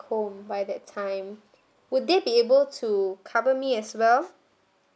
home by that time would they be able to cover me as well